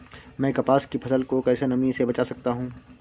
मैं कपास की फसल को कैसे नमी से बचा सकता हूँ?